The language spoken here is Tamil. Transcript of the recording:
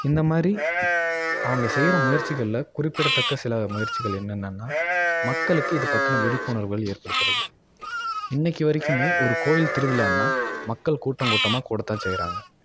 இந்த மாதிரி அவங்க செய்கிற முயற்சிகளில் குறிப்பிடத்தக்க சில முயற்சிகள் என்னனன்னால் மக்களுக்கு இது பற்றின விழிப்புணர்வுகள் ஏற்படுத்துகிறது இன்றைக்கி வரைக்குமே ஒரு கோயில் திருவிழான்னால் மக்கள் கூட்டங்கூட்டமாக கூடத்தான் செய்கிறாங்க